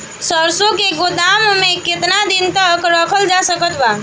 सरसों के गोदाम में केतना दिन तक रखल जा सकत बा?